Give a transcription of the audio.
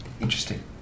Interesting